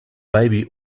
baby